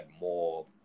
more